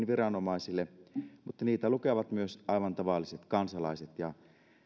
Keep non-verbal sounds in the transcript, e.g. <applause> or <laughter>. <unintelligible> viranomaisille mutta ohjeita lukevat myös aivan tavalliset kansalaiset ja